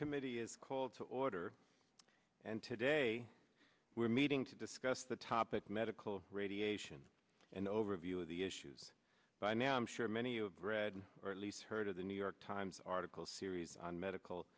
subcommittee is called to order and today we are meeting to discuss the topic medical of radiation and overview of the issues by now i'm sure many of read or at least heard of the new york times article series on medical